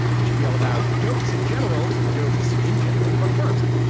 i spiel about dopes and generals and dopes in general. but first,